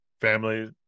family